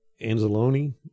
Anzalone